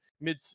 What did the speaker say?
mid-